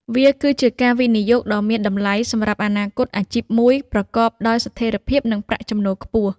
វាគឺជាការវិនិយោគដ៏មានតម្លៃសម្រាប់អនាគតអាជីពមួយប្រកបដោយស្ថិរភាពនិងប្រាក់ចំណូលខ្ពស់។